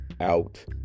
Out